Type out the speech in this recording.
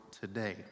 today